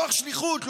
מתוך שליחות,